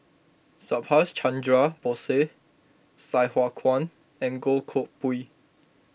Subhas Chandra Bose Sai Hua Kuan and Goh Koh Pui